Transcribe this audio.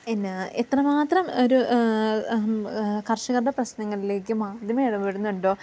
പിന്നെ എത്രമാത്രം ഒരു കർഷകരുടെ പ്രശ്നങ്ങളിലേക്ക് മാധ്യമം ഇടപെടുന്നുണ്ടോ